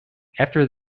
after